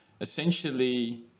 essentially